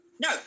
No